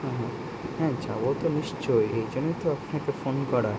হুম হুম হুম যাবো তো নিশ্চয়ই এই জন্যই তো আপনাকে ফোন করা